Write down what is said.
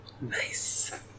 Nice